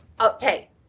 okay